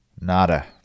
Nada